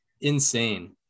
insane